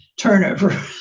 turnover